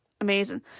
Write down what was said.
amazing